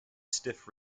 stiff